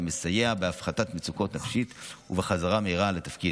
שמסייע בהפחתת מצוקות נפשיות ובחזרה מהירה לתפקוד.